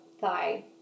thigh